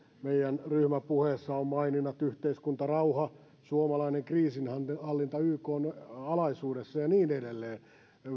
meidän ryhmäpuheessamme on maininnat yhteiskuntarauha suomalainen kriisinhallinta ykn alaisuudessa ja niin edelleen